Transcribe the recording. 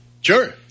Sure